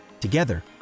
Together